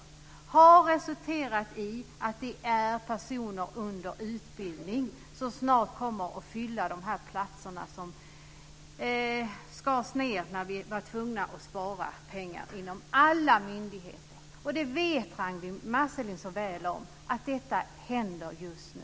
Det har resulterat i att det är personer under utbildning som snart kommer att återta de platser som drogs in, när vi var tvungna att spara pengar inom alla myndigheter. Ragnwi Marcelind vet så väl att detta händer just nu.